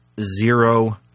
zero